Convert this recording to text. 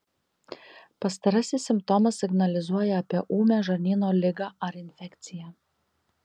pastarasis simptomas signalizuoja apie ūmią žarnyno ligą ar infekciją